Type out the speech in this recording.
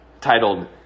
titled